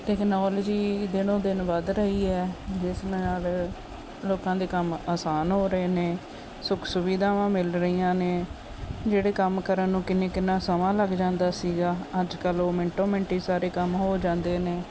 technology ਦਿਨੋ ਦਿਨ ਵੱਧ ਰਹੀ ਹੈ ਜਿਸ ਨਾਲ ਲੋਕਾਂ ਦੇ ਕੰਮ ਆਸਾਨ ਹੋ ਰਹੇ ਨੇ ਸੁਖ ਸੁਵਿਧਾਵਾਂ ਮਿਲ ਰਹੀਆਂ ਨੇ ਜਿਹੜੇ ਕੰਮ ਕਰਨ ਨੂੰ ਕਿੰਨਾ ਕਿੰਨਾ ਸਮਾਂ ਲੱਗ ਜਾਂਦਾ ਸੀਗਾ ਅੱਜ ਕੱਲ੍ਹ ਉਹ ਮਿੰਟੋ ਮਿੰਟ ਹੀ ਸਾਰੇ ਕੰਮ ਹੋ ਜਾਂਦੇ ਨੇ